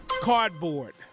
Cardboard